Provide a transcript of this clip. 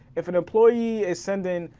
if an employee is sending,